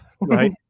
right